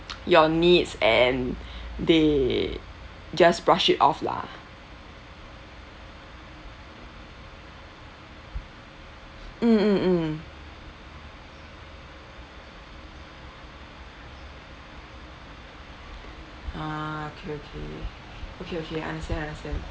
your needs and they just brush it off lah mm mm mm ah okay okay okay okay understand understand